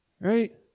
Right